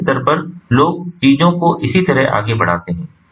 उद्यम स्तर पर लोग चीजों को इसी तरह आगे बढ़ाते हैं